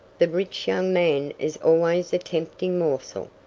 the rich young man is always a tempting morsel.